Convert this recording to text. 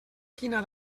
quina